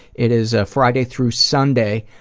it is ah friday through sunday,